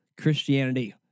Christianity